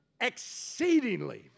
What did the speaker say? exceedingly